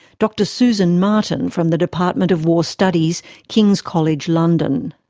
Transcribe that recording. dr susan martin, from the department of war studies, kings college london.